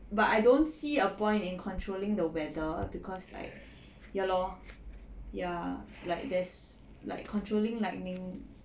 but I don't see a point in controlling the weather cause like ya lor ya like there's like controlling lightning